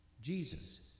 Jesus